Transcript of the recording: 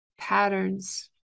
patterns